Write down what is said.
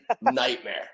nightmare